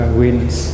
wins